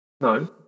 no